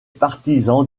partisans